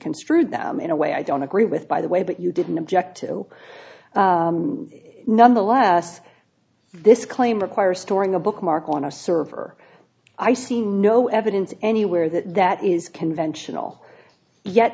construed them in a way i don't agree with by the way but you didn't object to it nonetheless this claim requires storing a bookmark on a server i see no evidence anywhere that that is conventional yet